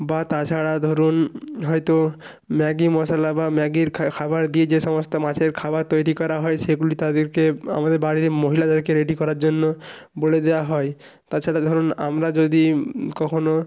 বা তাছাড়া ধরুন হয়তো ম্যাগি মশালা বা ম্যাগির খাবার দিয়ে যে সমস্ত মাছের খাবার তৈরি করা হয় সেগুলি তাদেরকে আমাদের বাড়ির মহিলাদেরকে রেডি করার জন্য বলে দেওয়া হয় তাছাড়া ধরুন আমরা যদি কখনো